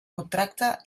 contracte